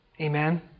Amen